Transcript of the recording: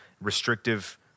restrictive